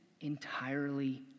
entirely